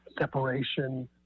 separation